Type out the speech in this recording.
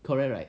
correct right